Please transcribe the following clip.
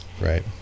Right